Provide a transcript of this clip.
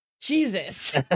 Jesus